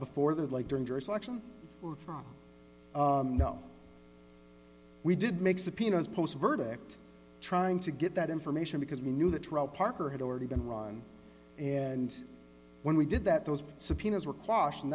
before that like during jury selection from we did make subpoenas post verdict trying to get that information because we knew that parker had already been run and when we did that those subpoenas were caution